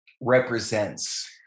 represents